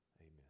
amen